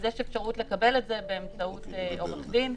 אז יש אפשרות לקבל את זה באמצעות עורך דין.